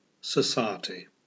society